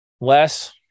less